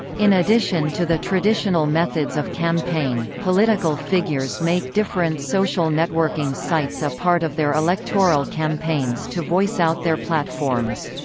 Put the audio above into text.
in addition to the traditional methods of campaign, political figures make different social networking sites a part of their electoral campaigns to voice out their platforms.